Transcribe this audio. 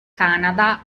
canada